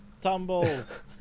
Tumbles